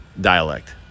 dialect